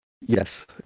Yes